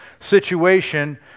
situation